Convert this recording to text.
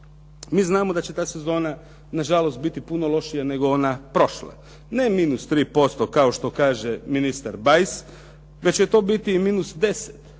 Mi znamo da će ta sezona nažalost biti puno lošija nego ona prošla. Ne minus tri posto kao što kaže ministar Bajs, već će to biti i minus 10,